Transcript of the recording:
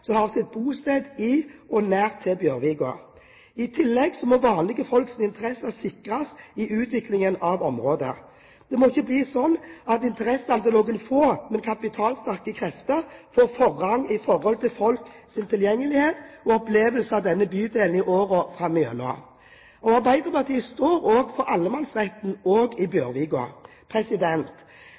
som har sitt bosted i og nær Bjørvika. I tillegg må vanlige folks interesser sikres i utviklingen av området. Det må ikke bli slik at interessene til noen få, men kapitalsterke krefter får forrang foran tilgjengelighet og folks opplevelse av denne bydelen i årene framover. Arbeiderpartiet står opp for allemannsretten også i